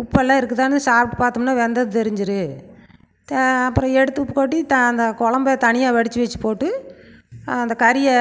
உப்புல்லாம் இருக்குதான்னு சாப்பிட்டு பார்த்தோம்னா வெந்தது தெரிஞ்சிடும் அப்புறம் எடுத்து உப்பு கொட்டி அந்த கொழம்பை தனியாக வடித்து வச்சு போட்டு அந்த கறியை